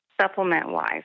supplement-wise